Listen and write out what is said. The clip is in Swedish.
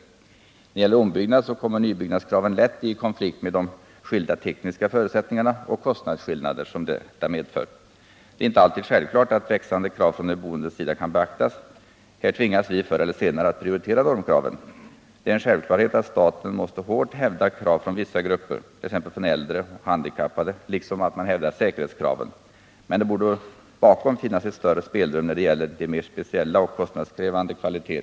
När det gäller ombyggnad kommer nybyggnadskraven lätt i konflikt med de skilda tekniska förutsättningarna och kostnadsskillnader som detta medför. Det är inte alltid självklart att växlande krav från de boendes sida kan beaktas. Här tvingas vi förr eller senare att prioritera normkraven. Det är en självklarhet att staten måste hårt hävda krav från vissa grupper — 1. ex. äldre och handikappade — liksom säkerhetskrav. Men det borde bakom finnas ett större spelrum när det gäller mer speciella och kostnadskrävande kvaliteter.